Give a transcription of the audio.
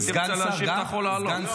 אם תרצה להשיב, אתה יכול לעלות.